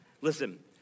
Listen